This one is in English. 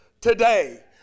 today